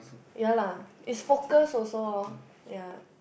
ya lah is focus also orh ya